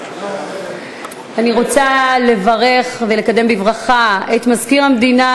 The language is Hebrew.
אני רוצה לברך ולקדם בברכה את מזכיר המדינה